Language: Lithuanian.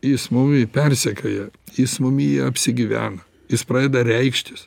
jis mumi persekioja jis mumy apsigyvena jis pradeda reikštis